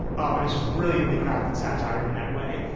um and it just brilliantly crafted satire in that way.